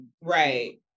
Right